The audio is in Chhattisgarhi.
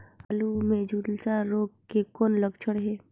आलू मे झुलसा रोग के कौन लक्षण हे?